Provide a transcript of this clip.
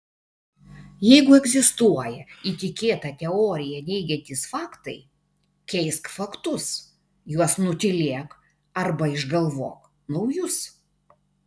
jeigu egzistuoja įtikėtą teoriją neigiantys faktai keisk faktus juos nutylėk arba išgalvok naujus